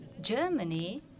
Germany